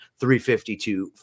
352